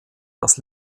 das